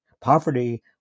poverty